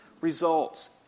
results